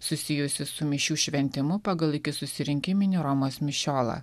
susijusį su mišių šventimu pagal iki susirinkiminį romos mišiolą